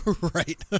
Right